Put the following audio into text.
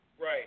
right